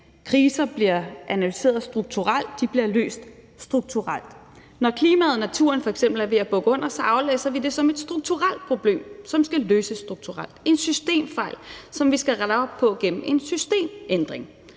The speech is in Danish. Kriser bliver analyseret strukturelt; de bliver løst strukturelt. Når klimaet og naturen f.eks. er ved at bukke under, aflæser vi det som et strukturelt problem, som skal løses strukturelt, en systemfejl, som vi skal rette op på gennem en systemændring.